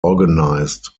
organized